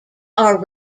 are